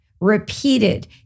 repeated